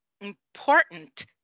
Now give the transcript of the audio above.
important